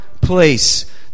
place